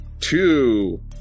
two